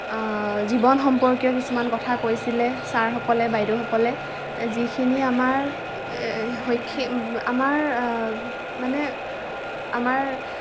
জীৱন সম্পৰ্কীয় কিছুমান কথা কৈছিলে চাৰসকলে বাইদেউসকলে যিখিনি আমাৰ শৈক্ষিক আমাৰ মানে আমাৰ